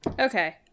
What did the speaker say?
Okay